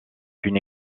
une